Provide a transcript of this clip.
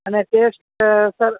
અને ટેન્સ્ટ સરસ